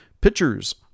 pictures